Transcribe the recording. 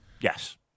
Yes